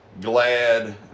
glad